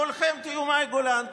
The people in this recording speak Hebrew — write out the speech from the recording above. כולכם תהיו מאי גולן.